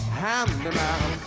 handyman